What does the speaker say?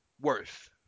worth